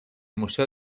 museo